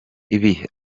ibi